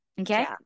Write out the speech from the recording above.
Okay